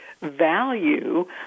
value